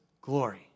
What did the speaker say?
glory